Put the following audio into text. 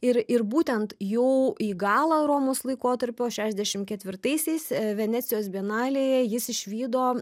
ir ir būtent jau į galą romos laikotarpio šešiasdešimt ketvirtaisiais venecijos bienalėje jis išvydo